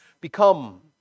become